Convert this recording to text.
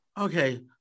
Okay